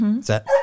Set